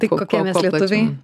tai kokie mes lietuviai